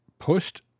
pushed